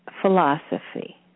philosophy